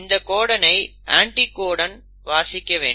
இந்த கோடனை அண்டிகோடன் வாசிக்கவேண்டும்